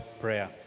prayer